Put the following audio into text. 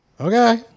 Okay